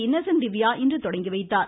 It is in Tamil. இன்னசென்ட் திவ்யா இன்று தொடங்கி வைத்தார்